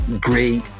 great